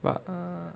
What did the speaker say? but err